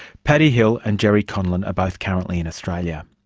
paddy hill and gerry conlon are both currently in australia.